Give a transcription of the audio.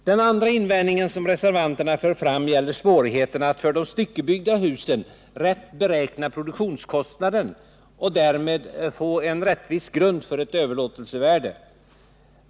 Den andra invändning som reservanterna för fram gäller svårigheterna att för de styckebyggda husen rätt beräkna produktionskostnaden och därmed få en rättvis grund för ett överlåtelsevärde.